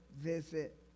visit